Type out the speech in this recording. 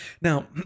Now